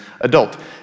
adult